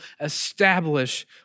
establish